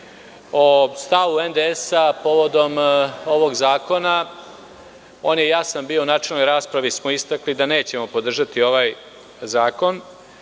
o stavu NDS povodom ovog zakona. On je bio jasan. U načelnoj raspravi smo istakli da nećemo podržati ovaj zakon,